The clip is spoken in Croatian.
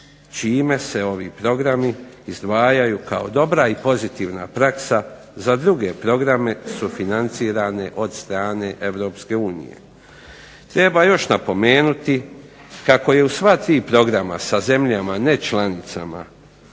čime se ovi programi izdvajaju kao dobra i pozitivna praksa za druge programe sufinancirane od strane Europske unije. Treba još napomenuti kako je u sva tri programa sa zemljama nečlanicama